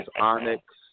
Onyx